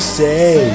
say